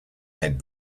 head